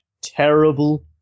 terrible